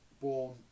born